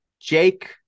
Jake